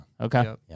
Okay